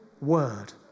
word